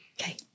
Okay